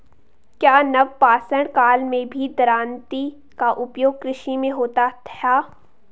क्या नवपाषाण काल में भी दरांती का उपयोग कृषि में होता था?